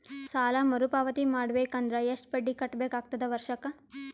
ಸಾಲಾ ಮರು ಪಾವತಿ ಮಾಡಬೇಕು ಅಂದ್ರ ಎಷ್ಟ ಬಡ್ಡಿ ಕಟ್ಟಬೇಕಾಗತದ ವರ್ಷಕ್ಕ?